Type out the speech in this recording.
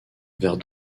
vers